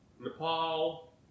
Nepal